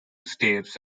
steps